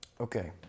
Okay